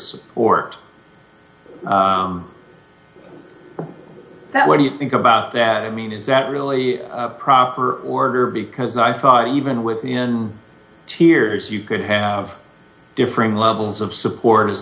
support that where you think about that i mean is that really a proper order because i thought even within cheers you could have differing levels of support as